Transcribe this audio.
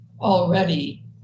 already